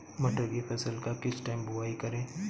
मटर की फसल का किस टाइम बुवाई करें?